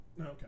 Okay